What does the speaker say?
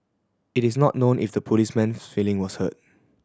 it is not known if the policeman's feeling was hurt